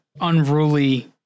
unruly